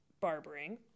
barbering